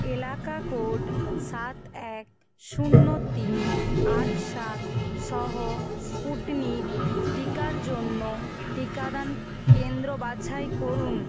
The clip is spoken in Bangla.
এলাকা কোড সাত এক শূন্য তিন আট সাতসহ স্পুটনিক টিকার জন্য টিকাদান কেন্দ্র বাছাই করুন